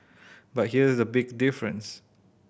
but here's the big difference